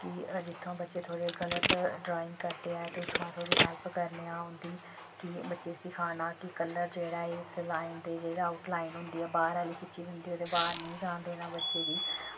कि जित्थूं दा बच्चे थोड़े गलत ड्राईंग करदे ऐ ते उत्थूं दा थोह्ड़ी हैल्प करने आं उं'दी कि बच्चें गी सखाना कि कलर जेह्ड़ा ऐ इस लाईन ते जेह्ड़ा आऊट लाईन होंदी ऐ बाह्र आह्ली खिच्ची दी होंदी बाह्र नेईं जान देना बच्चे गी